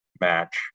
match